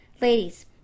ladies